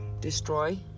destroy